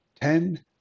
Ten